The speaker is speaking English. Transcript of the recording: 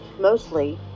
mostly